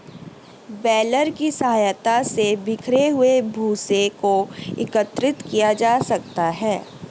baler की सहायता से बिखरे हुए भूसे को एकत्रित किया जाता है